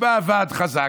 כי בא ועד חזק,